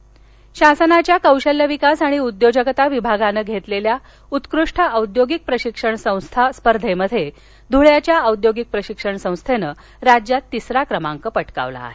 धुळे शासनाच्या कौशल्य विकास आणि उद्योजकता विभागानं घेतलेल्या उत्कृष्ट औद्योगिक प्रशिक्षण संस्था स्पर्धेत धुळ्याच्या औद्योगिक प्रशिक्षण संस्थेनं राज्यात तिसरा क्रमांक पटकावला आहे